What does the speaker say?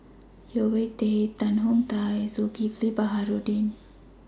Yeo Wei Wei Tan Tong Hye and Zulkifli Baharudin